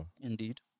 Indeed